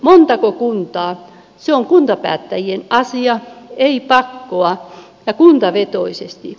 montako kuntaa se on kuntapäättäjien asia ei pakkoa ja kuntavetoisesti